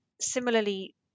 similarly